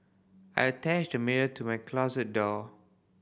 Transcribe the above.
I attached a mirror to my closet door